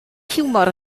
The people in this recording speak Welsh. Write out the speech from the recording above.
hiwmor